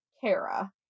Kara